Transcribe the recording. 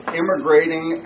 immigrating